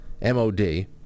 MOD